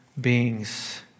beings